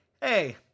hey